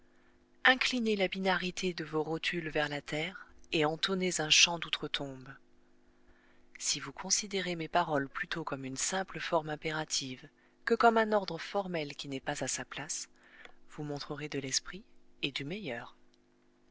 inclinez la binarité de vos rotules vers la terre et entonnez un chant d'outre-tombe si vous considérez mes paroles plutôt comme une simple forme impérative que comme un ordre formel qui n'est pas à sa place vous montrerez de l'esprit et du meilleur